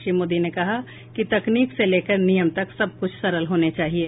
श्री मोदी ने कहा कि तकनीक से लेकर नियम तक सब कुछ सरल होने चाहिएं